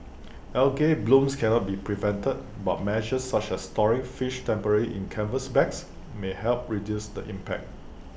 algal blooms can not be prevented but measures such as storing fish temporarily in canvas bags may help reduce the impact